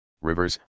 rivers